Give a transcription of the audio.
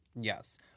Yes